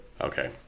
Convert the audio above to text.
Okay